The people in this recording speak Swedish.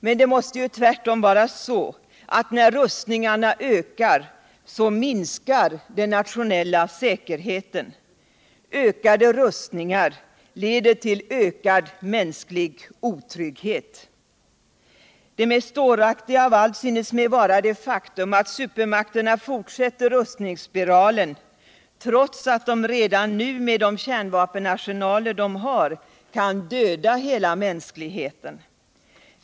Men det måste tvärtom vara så. att när rustningarna ökar så minskar den nationella säkerheten. Ökade rustningar leder ull ökad mänsklig otrygghet. Det mest dåraktiga av allt synes mig vara det faktum att supermakterna fortsätter rustningsspiralen trots att de redan nu. med de kärnvapenarsenaler de har, kan döda heta mänskligheten.